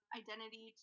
identity